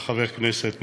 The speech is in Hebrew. לחבר הכנסת מקלב.